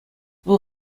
вӑл